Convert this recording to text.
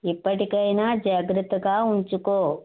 ఇప్పటికైనా జాగ్రత్తగా ఉంచుకో